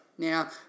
Now